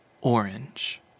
orange